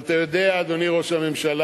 אבל אתה יודע, אדוני ראש הממשלה,